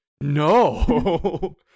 No